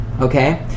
Okay